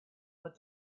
but